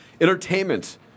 entertainment